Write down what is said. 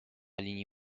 linii